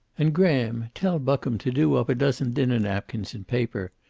and, graham, tell buckham to do up a dozen dinner-napkins in paper.